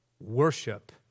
Worship